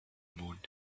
moon